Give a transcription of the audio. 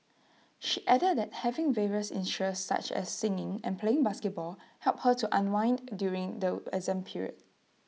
she added that having various interests such as singing and playing basketball helped her to unwind during the exam period